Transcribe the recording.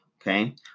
okay